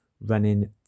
running